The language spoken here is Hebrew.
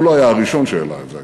והוא לא היה הראשון שהעלה את זה,